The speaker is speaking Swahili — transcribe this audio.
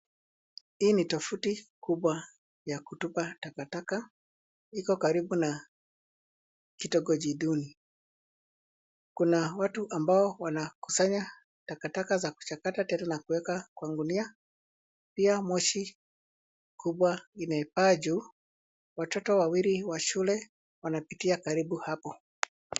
Hii ni tofuti kubwa ya kutupa takataka. Iko karibu na kitongoji duni. Kuna watu ambao wanakusanya takatakata za kuchakata tena na kuweka kwa gunia. Pia moshi kubwa imepaa juu. Watoto wawili wa shule wanapitia karibu hapo.